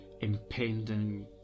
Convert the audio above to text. impending